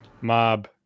Mob